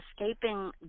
escaping